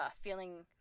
feeling